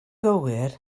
gywir